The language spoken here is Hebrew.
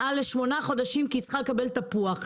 משמונה חודשים בגלל שהיא צריכה לקבל תפוח.